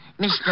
Mr